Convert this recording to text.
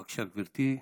בבקשה, גברתי,